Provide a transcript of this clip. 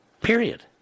Period